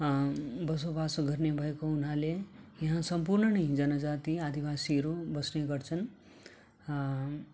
बसोबासो गर्ने भएको हुनाले यहाँ सम्पूर्ण नै जनजाति आदिवासीहरू बस्ने गर्छन्